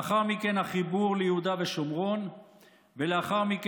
לאחר מכן החיבור ליהודה ושומרון ומיהודה